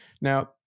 Now